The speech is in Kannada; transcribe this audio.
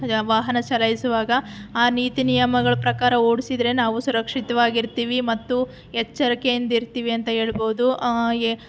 ವಾಹನ ಚಲಾಯಿಸುವಾಗ ಆ ನೀತಿ ನಿಯಮಗಳ ಪ್ರಕಾರ ಓಡಿಸಿದ್ರೆ ನಾವು ಸುರಕ್ಷಿತವಾಗಿರ್ತೀವಿ ಮತ್ತು ಎಚ್ಚರಿಕೆಯಿಂದಿರ್ತೀವಿ ಅಂತ ಹೇಳ್ಬೋದು ಹಾಗೆ